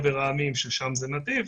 בודקת נתיב,